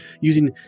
using